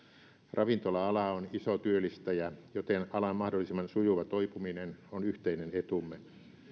ravintola ala on iso työllistäjä joten alan mahdollisimman sujuva toipuminen on yhteinen etumme